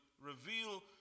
reveal